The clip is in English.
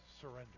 surrender